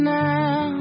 now